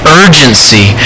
urgency